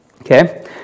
Okay